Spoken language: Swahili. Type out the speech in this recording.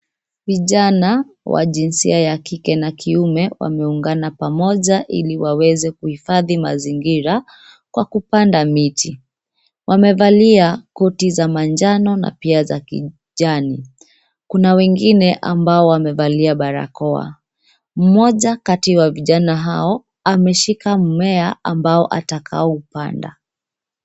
Vijana wa jinsia ya kike na kiume wameungana pamoja ili waweze kuhifadhi mazingira kwa kupanda miti. Wamevalia koti za manjano na pia za kijani. Kuna wengine ambao wamevalia barakoa. Mmoja kati wa vijana hao ameshika mmea ambao atakaoupanda.